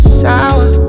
sour